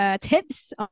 Tips